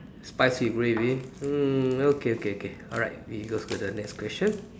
spicy gravy mm okay okay okay alright we go to the next question